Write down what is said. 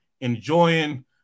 enjoying